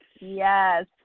yes